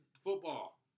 football